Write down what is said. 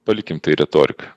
palikim tai retorika